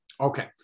Okay